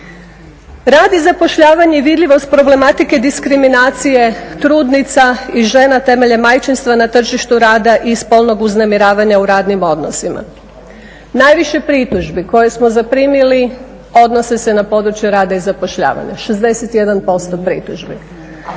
rad i zapošljavanje vidljivost problematike diskriminacije trudnica i žena temeljem majčinstva na tržištu rada i spolnog uznemiravanja u radnim odnosima. Najviše pritužbi koje smo zaprimili odnose se na područje rada i zapošljavanja, 61% pritužbi.